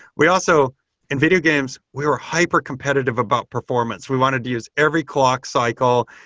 we also in video games, we were hypercompetitive about performance. we wanted to use every clock cycle.